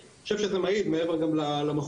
אני חושב שזה מעיד מעבר גם למחויבות